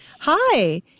Hi